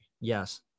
yes